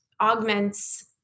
augments